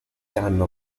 hanno